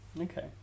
Okay